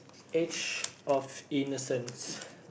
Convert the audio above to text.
age of innocence